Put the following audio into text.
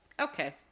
Okay